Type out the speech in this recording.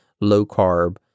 low-carb